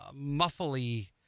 muffly